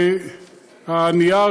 והנייר